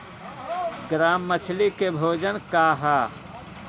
Grass मछली के भोजन का ह?